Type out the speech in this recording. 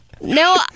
No